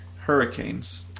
Hurricanes